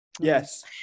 Yes